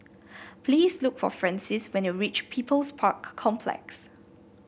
please look for Francis when you reach People's Park Complex